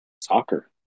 Soccer